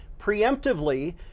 preemptively